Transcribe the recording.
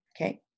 Okay